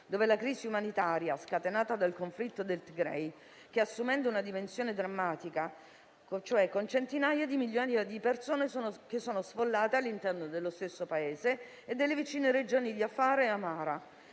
dove la crisi umanitaria scatenata del conflitto del Tigray assume una dimensione drammatica con centinaia di milioni di persone sfollate all'interno dello stesso Paese e delle vicine regioni di Afar e Amara,